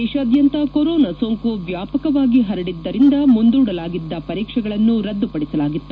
ದೇಶಾದ್ಭಂತ corona ಸೋಂಕು ವ್ವಾಪಕವಾಗಿ ಹರಡಿದ್ದರಿಂದ ಮುಂದೂಡಲಾಗಿದ್ದ ಪರೀಕ್ಷೆಗಳನ್ನು ರದ್ದುಪಡಿಸಲಾಗಿತ್ತು